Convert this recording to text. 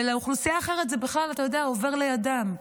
והאוכלוסייה האחרת, זה בכלל, אתה יודע, עובר לידם.